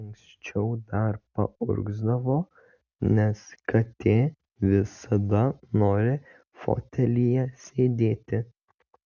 anksčiau dar paurgzdavo nes katė visada nori fotelyje sėdėti